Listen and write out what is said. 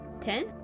Ten